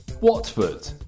Watford